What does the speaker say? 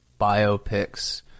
biopics